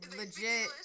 legit